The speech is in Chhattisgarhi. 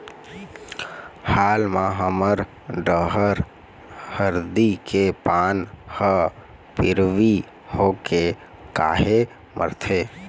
हाल मा हमर डहर हरदी के पान हर पिवरी होके काहे मरथे?